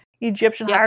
Egyptian